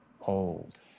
old